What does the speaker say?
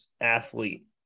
athlete